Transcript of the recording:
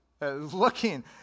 looking